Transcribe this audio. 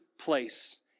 place